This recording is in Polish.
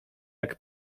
jak